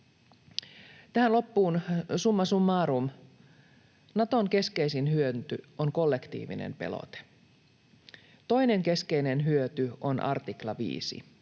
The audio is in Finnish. Tähän loppuun, summa summarum: Naton keskeisin hyöty on kollektiivinen pelote. Toinen keskeinen hyöty on artikla